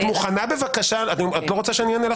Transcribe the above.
את לא רוצה שאענה?